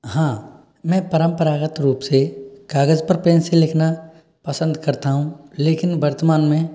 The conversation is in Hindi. हाँ मैं परंपरागत रूप से कागज पर पेन से लिखना पसंद करता हूँ लेकिन वर्तमान में